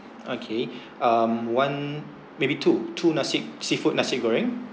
okay um one maybe two two nasi seafood nasi goreng